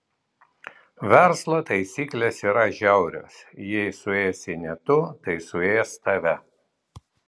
verslo taisyklės yra žiaurios jei suėsi ne tu tai suės tave